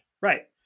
Right